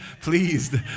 please